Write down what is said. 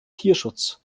tierschutz